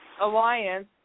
alliance